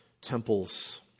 temples